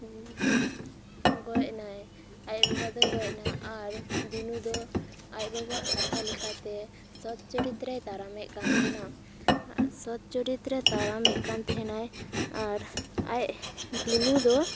ᱜᱚᱡ ᱮᱱᱟᱭ ᱟᱡ ᱵᱟᱵᱟ ᱫᱚᱭ ᱜᱚᱡ ᱮᱱᱟ ᱟᱨ ᱫᱤᱱᱩ ᱫᱚ ᱟᱡ ᱵᱟᱵᱟᱣᱟᱜ ᱠᱟᱛᱷᱟ ᱞᱮᱠᱟᱛᱮ ᱥᱚᱛ ᱪᱚᱨᱤᱛ ᱨᱮᱭ ᱛᱟᱲᱟᱢᱮᱫ ᱠᱟᱱ ᱛᱟᱦᱮᱱᱟ ᱥᱚᱛ ᱪᱚᱨᱤᱛ ᱨᱮ ᱛᱟᱲᱟᱢᱮᱫ ᱛᱟᱦᱮᱱᱟᱭ ᱟᱨ ᱟᱡ ᱫᱤᱱᱩ ᱫᱚ